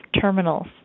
terminals